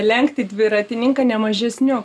lenkti dviratininką nemažesniu